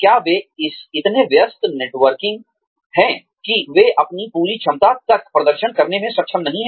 क्या वे इतने व्यस्त नेटवर्किंग हैं कि वे अपनी पूरी क्षमता तक प्रदर्शन करने में सक्षम नहीं हैं